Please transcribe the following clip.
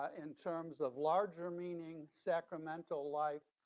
ah in terms of larger meaning, sacramental life,